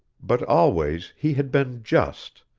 but always he had been just.